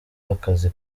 akazi